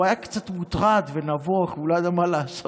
והוא היה קצת מוטרד ונבוך ולא ידע מה לעשות.